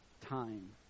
time